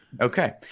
Okay